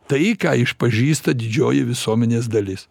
tai ką išpažįsta didžioji visuomenės dalis